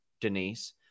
Denise